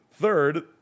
third